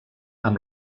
amb